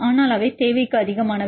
ஆனால் அவை தேவைக்கதிகமானவை